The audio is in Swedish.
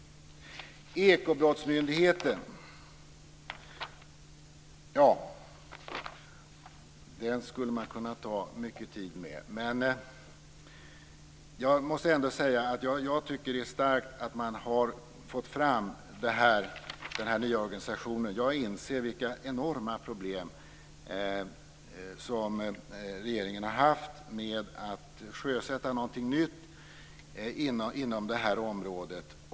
Ekobrottsmyndigheten skulle man kunna ta upp mycket tid med. Jag måste ändå säga att det är starkt att man har fått fram den nya organisationen. Jag inser vilka enorma problem som regeringen har haft med att sjösätta någonting nytt inom det här området.